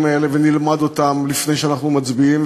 האלה ונלמד אותם לפני שאנחנו מצביעים,